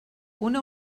una